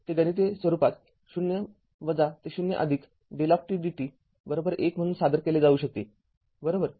हे गणिती स्वरूपात ० ते ० δdt१ म्हणून सादर केले जाऊ शकते बरोबर